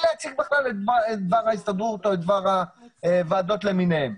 להציג את דבר ההסתדרות או את דבר הוועדות למיניהן.